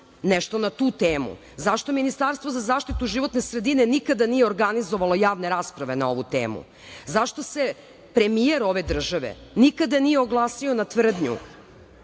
nešto o tu temu. Zašto Ministarstvo za zaštitu životne sredine nikada nije organizovalo javne rasprave na tu temu? Zašto se premijer ove države nikada nije oglasio na tvrdnju